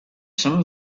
some